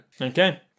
Okay